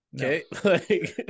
Okay